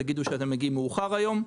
תגידו שאתם מגיעים מאוחר היום",